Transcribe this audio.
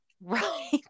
Right